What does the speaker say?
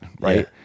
right